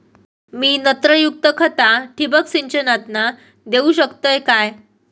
मी नत्रयुक्त खता ठिबक सिंचनातना देऊ शकतय काय?